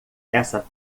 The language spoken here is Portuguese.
essa